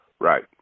Right